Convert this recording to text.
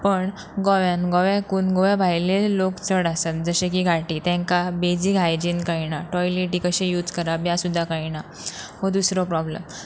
पण गोव्या गोंव्याकून गोंव्या भायले लोक चड आसात जशे की गाटी तेंकां बेजीक हायजीन कळना टॉयलेटी कशें यूज करप ह्या सुद्दां कळना हो दुसरो प्रोब्लम